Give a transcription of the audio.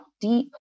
deep